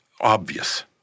obvious